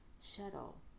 shuttle